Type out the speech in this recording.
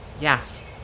Yes